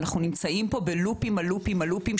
ואנחנו נמצאים פה בלופים על לופים על לופים,